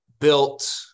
built